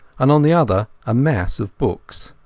and on the other a mass of books.